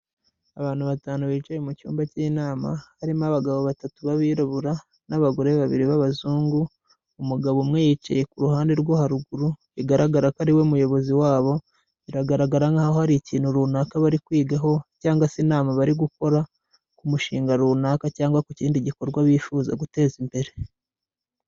Abantu batanu bicaye mu cyumba cy'inama, harimo abagabo batatu b'abirabura n'abagore babiri b'abazungu, umugabo umwe yicaye ku ruhande rwo haruguru bigaragara ko ariwe muyobozi wabo, biragaragara nkahoho hari ikintu runaka bari kwigaho cyangwa se inama bari gukora ku mushinga runaka cyangwa ku kindi gikorwa bifuza guteza imbere.